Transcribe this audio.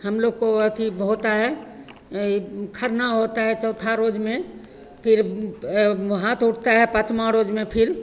हमलोग को अथी बहुत है यह खरना होता है चौथा रोज में फिर हाथ उठता है पाँचमा रोज में फिर